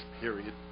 period